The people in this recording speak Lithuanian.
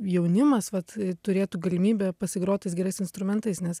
jaunimas vat turėtų galimybę pasigrot tais gerais instrumentais nes